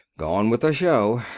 gone with a show.